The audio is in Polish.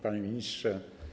Panie Ministrze!